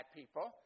people